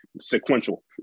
sequential